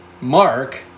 Mark